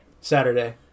Saturday